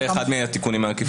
וזה אחד מהתיקונים העקיפים?